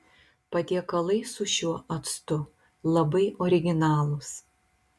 patiekalai su šiuo actu labai originalūs